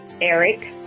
Eric